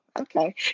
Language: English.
okay